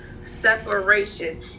separation